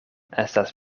estas